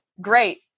great